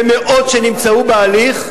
ומאות שנמצאו בהליך,